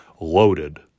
Loaded